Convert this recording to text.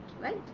right